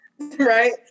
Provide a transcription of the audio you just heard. right